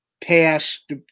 past